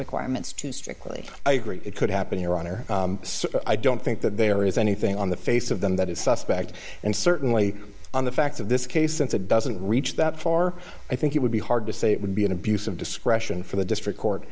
requirements to strictly i agree it could happen in iran or i don't think that there is anything on the face of them that is suspect and certainly on the facts of this case since it doesn't reach that far i think it would be hard to say it would be an abuse of discretion for the district court